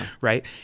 right